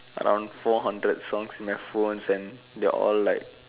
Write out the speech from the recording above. around four hundred songs in my phones and they're all like